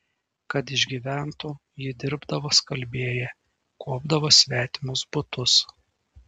kad išgyventų ji dirbdavo skalbėja kuopdavo svetimus butus